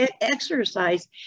exercise